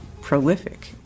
prolific